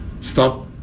Stop